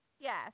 Yes